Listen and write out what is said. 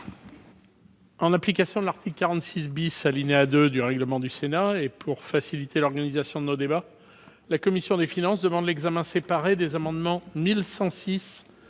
En application de l'article 46 , alinéa 2, du règlement du Sénat, et afin de faciliter l'organisation de nos débats, la commission des finances demande l'examen séparé des amendements n